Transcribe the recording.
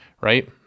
right